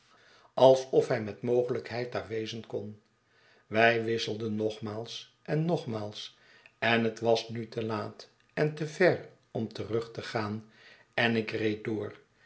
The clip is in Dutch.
alsof hij met mogelijkheid daar wezen kon wij wisselden nogmaals ennogmaals en het was nu te laat en te ver om terug te gaan en ik reed door